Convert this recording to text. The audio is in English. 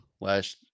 last